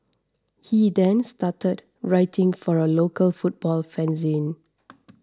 he then started writing for a local football fanzine